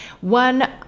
One